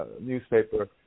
newspaper